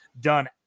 done